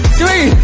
three